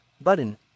button